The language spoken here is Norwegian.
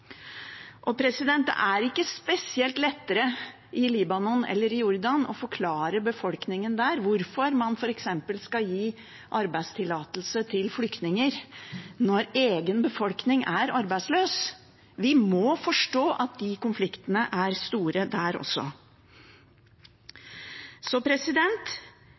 Det er ikke spesielt lettere i Libanon eller i Jordan å forklare befolkningen hvorfor man f.eks. skal gi arbeidstillatelse til flyktninger når egen befolkning er arbeidsløs. Vi må forstå at konfliktene er store der